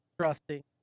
trusting